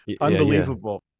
Unbelievable